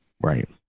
right